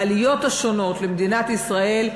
בעליות השונות למדינת ישראל,